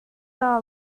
are